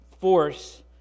force